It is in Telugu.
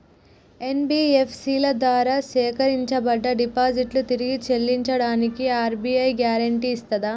ఎన్.బి.ఎఫ్.సి ల ద్వారా సేకరించబడ్డ డిపాజిట్లను తిరిగి చెల్లించడానికి ఆర్.బి.ఐ గ్యారెంటీ ఇస్తదా?